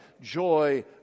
joy